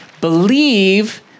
believe